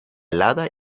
alada